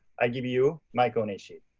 i give you, mike onishi.